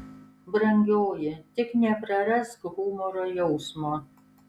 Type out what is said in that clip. brangioji tik neprarask humoro jausmo